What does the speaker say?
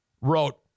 wrote